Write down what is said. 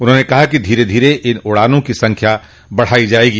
उन्होंने कहा कि धीरे धीरे इन उड़ानों की संख्या बढ़ाई जाएगी